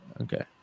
okay